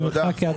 במרחק יד.